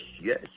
yes